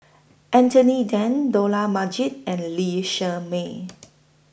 Anthony Then Dollah Majid and Lee Shermay